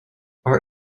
our